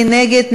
מי נגד?